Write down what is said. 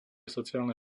sociálne